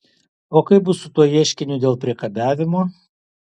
o kaip bus su tuo ieškiniu dėl priekabiavimo